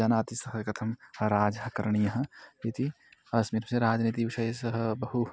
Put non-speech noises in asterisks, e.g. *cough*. जानाति सः *unintelligible* कथं राज्यं करणीयम् इति अस्मिन् विषये राजनीतिविषये सः बहु